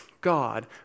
God